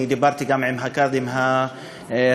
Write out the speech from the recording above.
אני דיברתי גם עם הקאדים השרעיים,